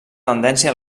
tendència